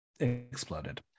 exploded